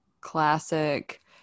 classic